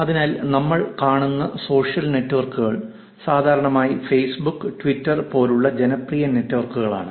അതിനാൽ നമ്മൾ കാണുന്ന സോഷ്യൽ നെറ്റ്വർക്കുകൾ സാധാരണയായി ഫേസ്ബുക്ക് ട്വിറ്റർ പോലുള്ള ജനപ്രിയ നെറ്റ്വർക്കുകളാണ്